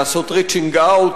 לעשות reaching out.